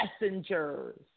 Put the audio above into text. messengers